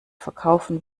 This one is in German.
verkaufen